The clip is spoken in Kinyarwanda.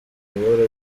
buhoro